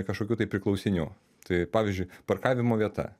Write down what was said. kažkokių tai priklausinių tai pavyzdžiui parkavimo vieta